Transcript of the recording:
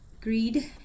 greed